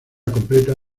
completa